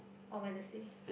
orh Wednesday